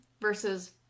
versus